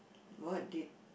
what did